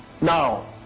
Now